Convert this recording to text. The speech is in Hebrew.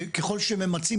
ככל שממצים,